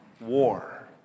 war